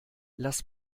lass